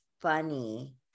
funny